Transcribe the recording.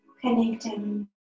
Connecting